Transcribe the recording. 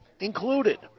included